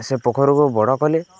ସେ ପୋଖରୀକୁ ବଡ଼ କଲେ